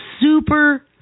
super